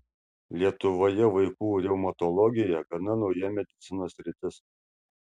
lietuvoje vaikų reumatologija gana nauja medicinos sritis